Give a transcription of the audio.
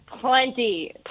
Plenty